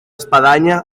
espadanya